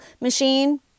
machine